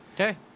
Okay